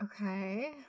Okay